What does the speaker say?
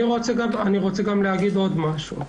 אני רוצה להגיד עוד משהו.